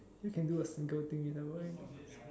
you can do a single thing without